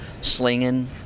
slinging